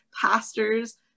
pastors